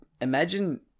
imagine